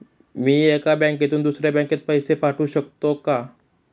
मी एका बँकेतून दुसऱ्या बँकेत पैसे पाठवू शकतो का?